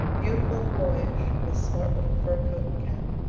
beautiful and boyish, in his smart little fur coat and cap.